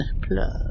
plus